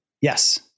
Yes